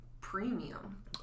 premium